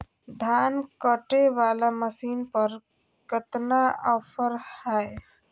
धान कटे बाला मसीन पर कतना ऑफर हाय?